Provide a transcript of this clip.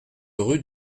rue